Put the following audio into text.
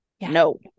no